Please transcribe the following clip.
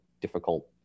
difficult